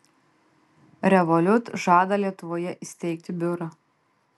revolut žada lietuvoje įsteigti biurą